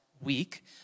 week